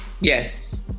Yes